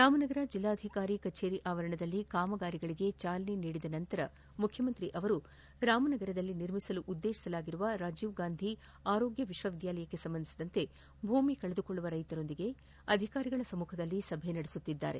ರಾಮನಗರ ಜಿಲ್ಲಾಧಿಕಾರಿ ಕಚೇರಿ ಆವರಣದಲ್ಲಿ ಕಾಮಗಾರಿಗಳಿಗೆ ಚಾಲನೆ ನೀಡಿದ ನಂತರ ಮುಖ್ಚಮಂತ್ರಿ ಅವರು ರಾಮನಗರದಲ್ಲಿ ನಿರ್ಮಿಸಲು ಉದ್ದೇಶಿಸಲಾಗಿರುವ ರಾಜೀವಗಾಂಧಿ ಆರೋಗ್ಯ ವಿಶ್ವವಿದ್ಯಾಲಯಕ್ಕೆ ಸಂಬಂಧಿಸಿದಂತೆ ಭೂಮಿ ಕಳೆದುಕೊಳ್ಳುವ ರೈತರೊಂದಿಗೆ ಅಧಿಕಾರಿಗಳ ಸಮ್ನುಖದಲ್ಲಿ ಸಭೆ ನಡೆಸುತ್ತಿದ್ದಾರೆ